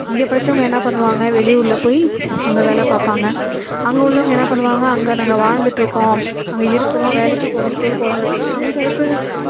இங்கே படிச்சவங்கள் என்ன பண்ணுவாங்கள் வெளி ஊர்ல போய் அங்கே வேலை பார்ப்பாங்க அங்கே உள்ளவங்கள் என்ன பண்ணுவாங்கள் அங்கே நாங்கள் வாழ்ந்துகிட்டுருக்கோம் அங்கே இருக்கிறோம் வேலைக்கு போகிறோம் ஸ்கூல் போறோங்கிறதுக்கு அங்கே இருக்கிறது